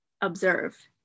observe